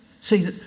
See